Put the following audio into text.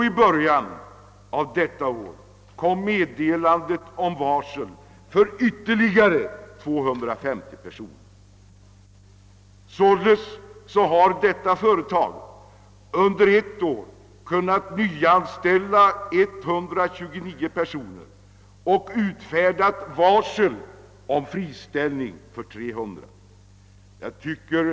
I början av innevarande år kom så meddelandet om friställning av ytterligare 250 personer. Företaget har alltså under ett år nyanställt 129 och utfärdat varsel om friställning av 300 personer.